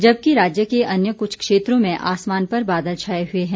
जबकि राज्य के अन्य कुछ क्षेत्रों में आसमान पर बादल छाए हुए हैं